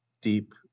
deep